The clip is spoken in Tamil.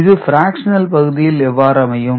இது பிராக்சனல் பகுதியில் எவ்வாறு அமையும்